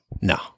no